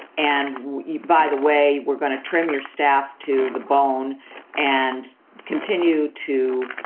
and by the way, we're going to trim your staff to the bone and continue to,